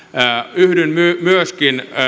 yhdyn myöskin